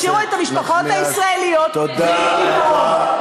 אל תשאירו את המשפחות הישראליות בלי פתרון.